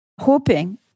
hoping